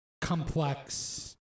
complex